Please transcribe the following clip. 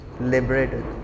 liberated